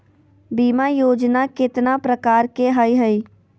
बीमा योजना केतना प्रकार के हई हई?